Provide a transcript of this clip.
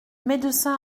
médecin